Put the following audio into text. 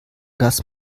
dass